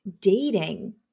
dating